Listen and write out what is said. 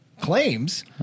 claims